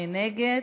מי נגד?